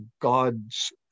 god's